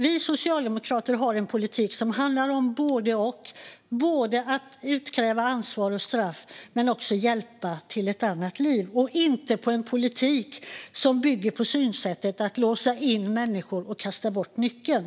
Vi socialdemokrater har en politik som handlar om både och, både att utkräva ansvar och straff och att hjälpa till ett annat liv. Vår politik bygger inte på att låsa in människor och kasta bort nyckeln.